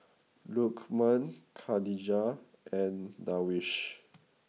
Lokman Khatijah and Darwish